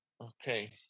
okay